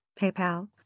PayPal